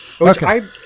Okay